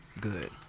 Good